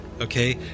Okay